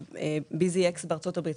BZX בארצות הברית.